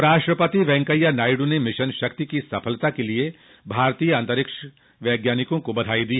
उपराष्ट्रपति वेंकैया नायडू ने मिशन शक्ति की सफलता के लिए भारतीय अंतरिक्ष वैज्ञानिकों को बधाई दी